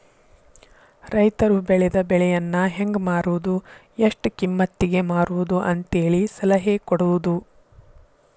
ರೈತರು ಬೆಳೆದ ಬೆಳೆಯನ್ನಾ ಹೆಂಗ ಮಾರುದು ಎಷ್ಟ ಕಿಮ್ಮತಿಗೆ ಮಾರುದು ಅಂತೇಳಿ ಸಲಹೆ ಕೊಡುದು